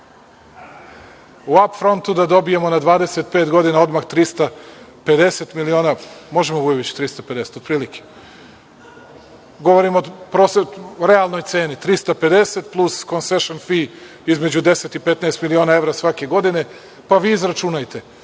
u ap frontu da dobijemo na 25 godina odmah 350 miliona. Možemo li, Vujoviću, 350 miliona? Otprilike. Govorim o realnoj ceni, 350 plus concession fee između 10 i 15 miliona evra svake godine, pa vi izračunajte.